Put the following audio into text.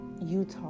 Utah